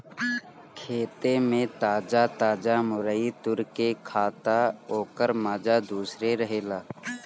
खेते में ताजा ताजा मुरई तुर के खा तअ ओकर माजा दूसरे रहेला